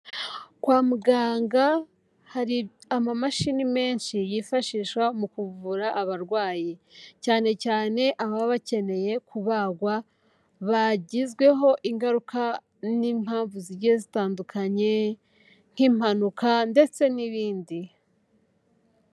Kwa muganga hari amamashini menshi yifashishwa mu kuvura abarwayi. Cyane cyane ababa bakeneye kubagwa bagizweho ingaruka n'impamvu zigiye zitandukanye nk'impanuka ndetse n'ibindi.